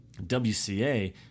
WCA